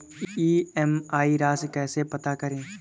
EMI राशि कैसे पता करें?